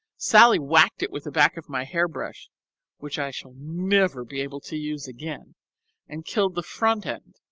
sallie whacked it with the back of my hair brush which i shall never be able to use again and killed the front end,